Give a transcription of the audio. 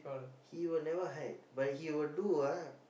he will never hide but he will do ah